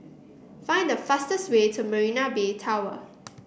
find the fastest way to Marina Bay Tower